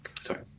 sorry